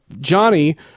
Johnny